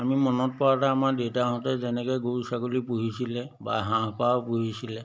আমি মনত পৰোঁতে আমাৰ দেউতাহঁতে যেনেকৈ গৰু ছাগলী পুহিছিলে বা হাঁহ পাৰ পুহিছিলে